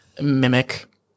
mimic